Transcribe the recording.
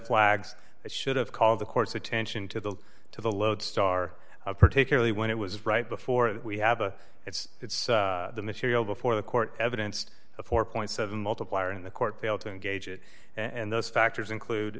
flags that should have called the court's attention to the to the lodestar particularly when it was right before we have a it's the material before the court evidence a four point seven multiplier in the court failed to engage it and those factors include